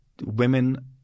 Women